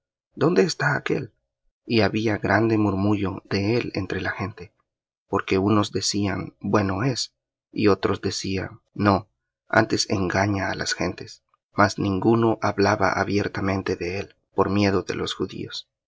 había grande murmullo de él entre la gente porque unos decían bueno es y otros decían no antes engaña á las gentes mas ninguno hablaba abiertamente de él por miedo de los judíos